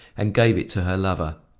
and gave it to her lover.